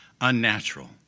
unnatural